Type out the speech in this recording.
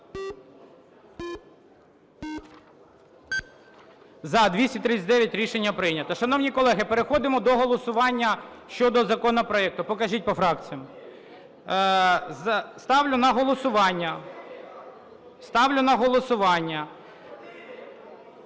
За-239 Рішення прийнято. Шановні колеги, переходимо до голосування щодо законопроекту. Покажіть по фракціям. Ставлю на голосування, ставлю на голосування…